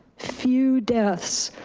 few deaths,